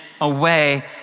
away